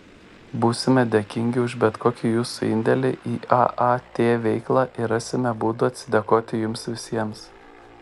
būsime dėkingi už bet kokį jūsų indėlį į aat veiklą ir rasime būdų atsidėkoti jums visiems